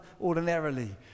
ordinarily